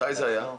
מתי זה היה?